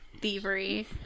thievery